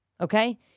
okay